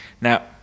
Now